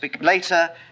later